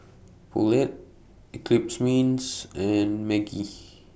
Poulet Eclipse Mints and Maggi